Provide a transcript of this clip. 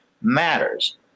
matters